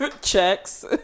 checks